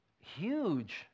huge